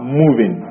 moving